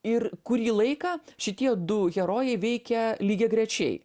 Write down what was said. ir kurį laiką šitie du herojai veikia lygiagrečiai